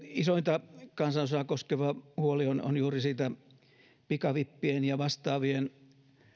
isointa kansanosaa koskeva huoli on juuri siitä pikavippien ja vastaavien